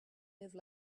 live